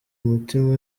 umutima